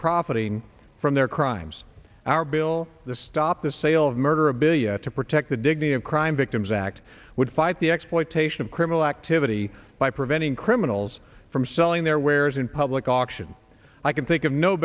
profiting from their crimes our bill the stop the sale of murder a billion to protect the dignity of crime victims act would fight the exploitation of criminal activity by preventing criminals from selling their wares in public auction i can think of no